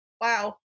Wow